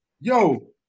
Yo